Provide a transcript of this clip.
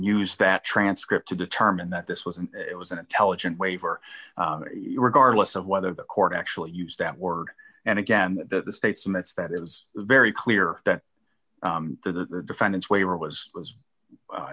use that transcript to determine that this was an it was an intelligent waiver regardless of whether the court actually used that word and again the states and that's that it was very clear that the defendant's waiver was was